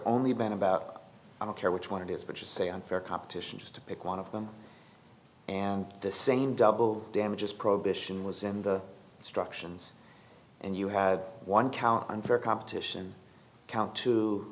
only been about i don't care which one it is but you say unfair competition just to pick one of them and the same double damages prohibition was in the instructions and you had one cow unfair competition count t